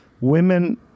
Women